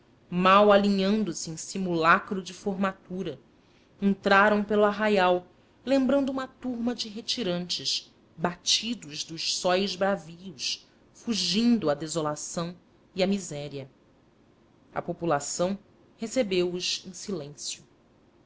mal alinhando se em simulacro de formatura entraram pelo arraial lembrando uma turma de retirantes batidos dos sóis bravios fugindo à desolação e à miséria a população recebeu-os em silêncio